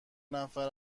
نفر